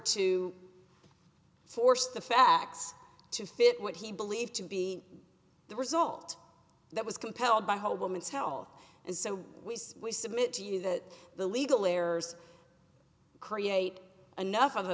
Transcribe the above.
to force the facts to fit what he believed to be the result that was compelled by whole woman's health and so we will submit to you that the legal heirs create enough o